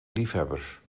liefhebbers